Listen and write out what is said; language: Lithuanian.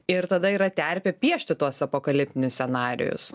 ir tada yra terpė piešti tuos apokaliptinius scenarijus